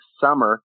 summer